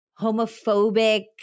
homophobic